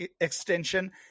extension